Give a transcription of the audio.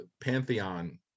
pantheon